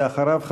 ואחריו,